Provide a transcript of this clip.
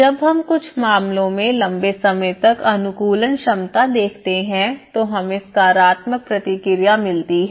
जब हम कुछ मामलों में लंबे समय तक अनुकूलन क्षमता देखते हैं तो हमें सकारात्मक प्रतिक्रिया मिलती है